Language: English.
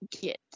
get